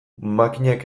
makinak